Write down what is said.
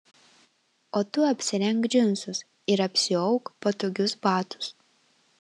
o tu apsirenk džinsus ir apsiauk patogius batus